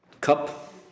cup